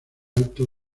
alto